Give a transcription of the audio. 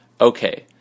Okay